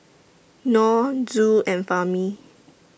Nor Zul and Fahmi